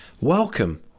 Welcome